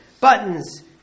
buttons